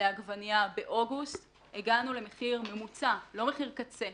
לעגבנייה באוגוסט הגענו למחיר ממוצע לא מחיר קצה,